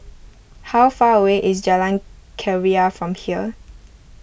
how far away is Jalan Keria from here